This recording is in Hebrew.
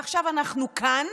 עכשיו אנחנו כאן